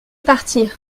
partir